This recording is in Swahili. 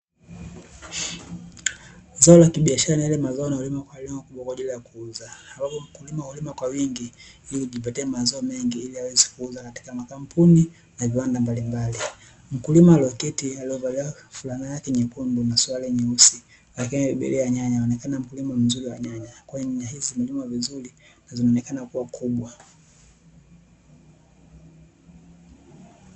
Zao la kibiashara ni yale mazao yanayolimwa kwa lengo kubwa kwa ajili ya kuuza ambapo mkulima hulima kwa wingi ili kujipatia mazao mengi ili aweze kuuza katika makampuni na viwanda mbalimbali. Mkulima aloketi aliovalia fulana yake nyekundu na suruali nyeusi lakini amebebelea nyanya anaonekana kuwa mkulima mzuri wa nyanya kwahiyo nyanya hizi zimelimwa vizuri na zinaonekana kuwa kubwa.